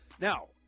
Now